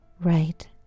right